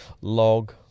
log